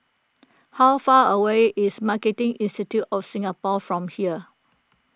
how far away is Marketing Institute of Singapore from here